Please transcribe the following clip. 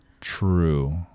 True